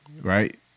right